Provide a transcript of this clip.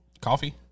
Coffee